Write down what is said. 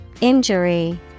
Injury